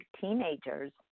teenagers